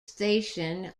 station